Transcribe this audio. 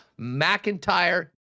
McIntyre